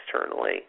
externally